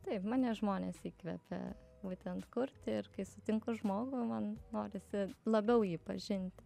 taip mane žmonės įkvepia būtent kurti ir kai sutinku žmogų man norisi labiau jį pažinti